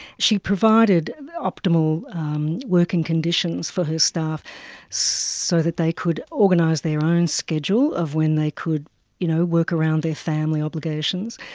she provided optimal working conditions for her staff so that they could organise their own schedule of when they could you know work around their family obligations.